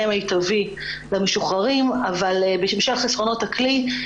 מיטבי למשוחררים אבל בשל חסרונות הכלי,